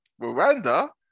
Miranda